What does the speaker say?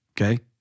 okay